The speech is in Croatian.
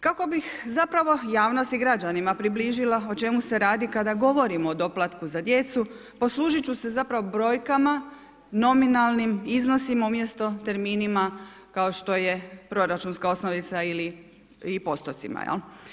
Kako bih javnosti građanima približila o čemu se radi kada govorim o doplatku za djecu, poslužit ću se zapravo brojkama, nominalnim iznosima umjesto terminima kao što je proračunska osnovica ili i postocima jel.